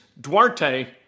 Duarte